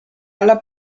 alla